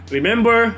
Remember